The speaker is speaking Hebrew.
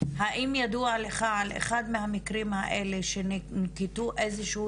האם ידוע לך על אחד מהמקרים האלו שננקטו איזשהם